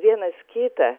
vienas kitą